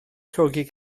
llogi